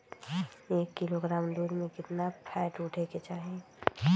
एक किलोग्राम दूध में केतना फैट उठे के चाही?